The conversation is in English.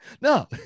no